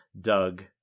Doug